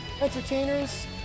entertainers